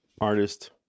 artist